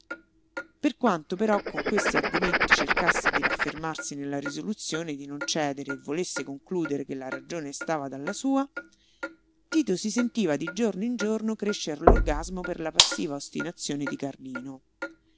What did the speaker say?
per quanto però con questi argomenti cercasse di raffermarsi nella risoluzione di non cedere e volesse concludere che la ragione stava dalla sua tito si sentiva di giorno in giorno crescer l'orgasmo per la passiva ostinazione di carlino